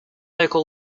local